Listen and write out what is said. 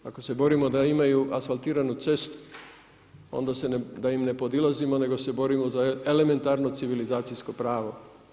Ako se borimo da imaju asfaltiranu cestu, onda im ne podilazimo, nego se borimo za elementarno civilizacijsko pravo.